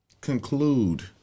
conclude